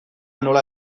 nola